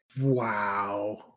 Wow